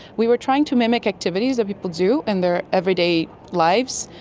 we were trying to mimic activities that people do in their everyday lives,